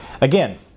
Again